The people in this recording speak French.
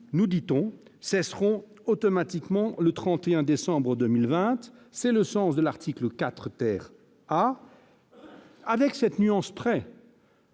nous dit-on, cesseront automatiquement le 31 décembre 2020- c'est le sens de l'article 4 A -, à cette nuance près